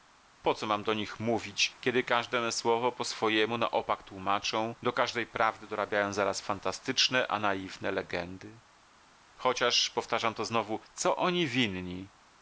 po co mam do nich mówić kiedy każde me słowo po swojemu na opak tłumaczą do każdej prawdy dorabiają zaraz fantastyczne a naiwne legendy chociaż powtarzam to znowu co oni winni